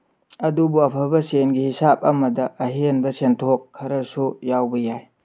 ꯑꯗꯨꯕꯨ ꯑꯐꯕ ꯁꯦꯟꯒꯤ ꯍꯤꯁꯥꯞ ꯑꯃꯗ ꯑꯍꯦꯟꯕ ꯁꯦꯟꯊꯣꯛ ꯈꯔꯁꯨ ꯌꯥꯎꯕ ꯌꯥꯏ